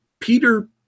Peter